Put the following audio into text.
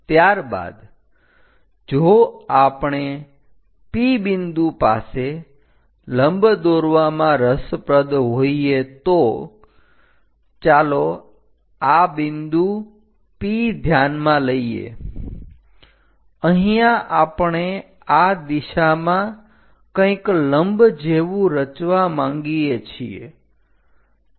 ત્યારબાદ જો આપણે P બિંદુ પાસે લંબ દોરવામાં રસપ્રદ હોઈએ તો ચાલો આ બિંદુ P ધ્યાનમાં લઈએ અહીંયા આપણે આ દિશામાં કંઈક લંબ જેવું રચવા માંગીએ છીએ